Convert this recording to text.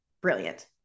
brilliant